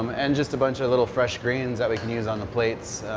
um and just a bunch of little fresh greens that we can use on the plates.